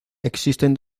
existen